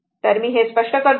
तर मी हे स्पष्ट करतो